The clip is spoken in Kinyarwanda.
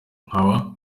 nkaba